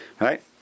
Right